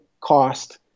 cost